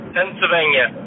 Pennsylvania